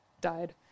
died